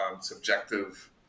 subjective